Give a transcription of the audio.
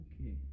okay